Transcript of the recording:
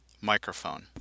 microphone